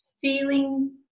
feeling